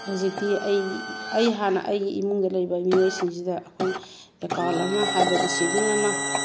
ꯍꯧꯖꯤꯛꯇꯤ ꯑꯩ ꯑꯩ ꯍꯥꯟꯅ ꯑꯩꯒꯤ ꯏꯃꯨꯡꯗ ꯂꯩꯔꯤꯕ ꯃꯤꯑꯣꯏꯁꯤꯡꯁꯤꯗ ꯑꯩꯈꯣꯏ ꯑꯦꯀꯥꯎꯟ ꯑꯃ ꯍꯥꯏꯕꯗꯤ ꯁꯦꯚꯤꯡ ꯑꯃ